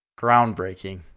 groundbreaking